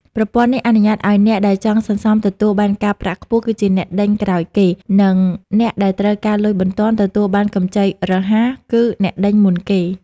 ប្រព័ន្ធនេះអនុញ្ញាតឱ្យអ្នកដែលចង់សន្សំទទួលបានការប្រាក់ខ្ពស់ គឺអ្នកដេញក្រោយគេ និងអ្នកដែលត្រូវការលុយបន្ទាន់ទទួលបានកម្ចីរហ័ស គឺអ្នកដេញមុនគេ។